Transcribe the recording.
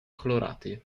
colorati